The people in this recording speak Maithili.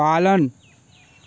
पालन